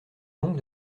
donc